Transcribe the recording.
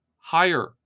Higher